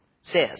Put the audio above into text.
says